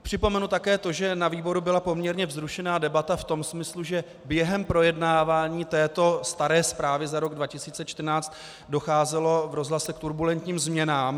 Připomenu také to, že na výboru byla poměrně vzrušená debata v tom smyslu, že během projednávání této staré zprávy za rok 2014 docházelo v rozhlase k turbulentním změnám.